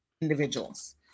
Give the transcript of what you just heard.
individuals